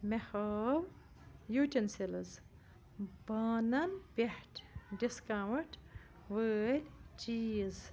مےٚ ہاو یوٹیٚنسلٕز بانَن پٮ۪ٹھ ڈسکاونٛٹ وٲلۍ چیٖز